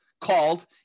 called